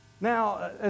Now